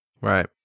Right